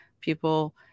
People